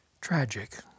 tragic